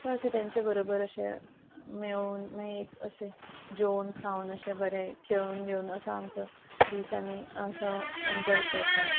so अशें तेंचे बरोबर अशे मेळून मागीर एक अशे जेवन खावन अशे बरे खेळून भिवन असो आमचो दीस आमी असो एन्जॉय करतात